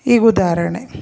ಈಗ ಉದಾಹರಣೆ